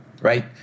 right